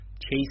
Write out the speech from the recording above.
Chase